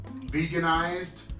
veganized